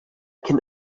can